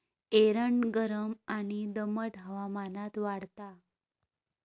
एरंड गरम आणि दमट हवामानात वाढता